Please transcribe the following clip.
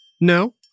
No